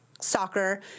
soccer